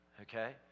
Okay